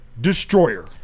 Destroyer